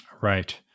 Right